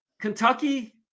Kentucky